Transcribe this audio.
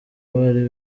bari